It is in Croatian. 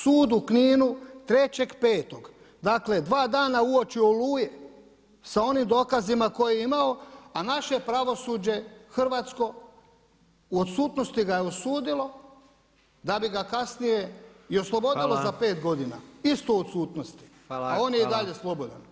Sud u Kninu 3.5. dakle dva dana uoči Oluje sa onim dokazima koje je imao, a naše pravosuđe hrvatsko u odsutnosti ga je osudilo da bi ga kasnije i oslobodilo za pet godina isto u odsutnosti [[Upadica Predsjednik: Hvala.]] , a on je i dalje slobodan.